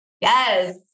Yes